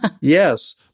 Yes